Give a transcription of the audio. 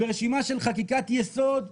ברשימה של חקיקת יסוד,